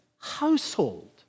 household